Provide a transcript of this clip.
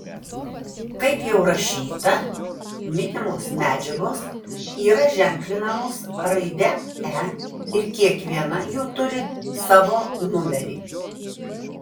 kaip jau rašyta minimos medžiagos yra ženklinamos raide e ir kiekviena jų turi savo numerį